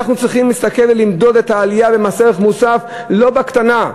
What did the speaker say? אנחנו צריכים להסתכל ולמדוד את העלייה במס ערך מוסף לא בקטנה,